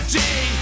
day